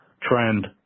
trend